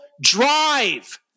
drive